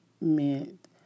meant